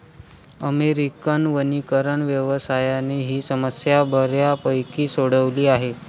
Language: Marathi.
अमेरिकन वनीकरण व्यवसायाने ही समस्या बऱ्यापैकी सोडवली आहे